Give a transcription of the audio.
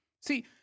See